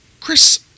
Chris